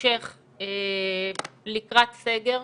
ומתמשך לקראת סגר,